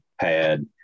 pad